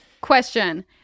Question